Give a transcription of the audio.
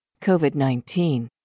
COVID-19